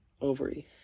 Ovary